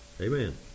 Amen